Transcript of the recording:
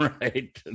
right